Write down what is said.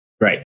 Right